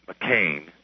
McCain